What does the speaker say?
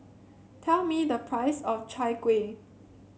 tell me the price of Chai Kueh